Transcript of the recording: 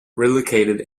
relocated